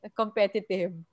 competitive